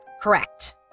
correct